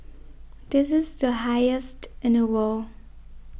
this is the highest in the world